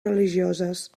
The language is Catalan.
religioses